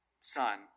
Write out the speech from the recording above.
son